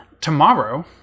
tomorrow